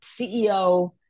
CEO